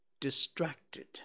distracted